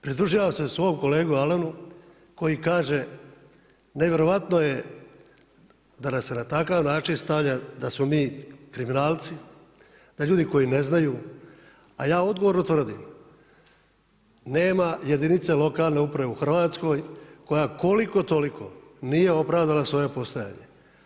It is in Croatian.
Pridruživam se svom kolegu Alenu koji kaže, nevjerojatno je da nas se na takav način stavlja da smo mi kriminalci, da ljudi koji ne znaju, a ja odgovorno tvrdim nema jedinice lokalne uprave u Hrvatskoj koja koliko toliko nije opravdala svoje postojanje.